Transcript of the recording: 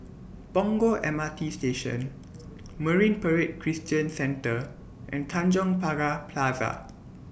Punggol M R T Station Marine Parade Christian Centre and Tanjong Pagar Plaza